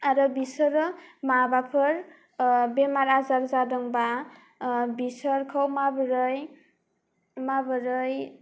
आरो बिसोरो माबाफोर बेमार आजार जादोंब्ला बिसोरखौ माबोरै माबोरै